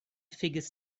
figures